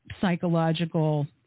psychological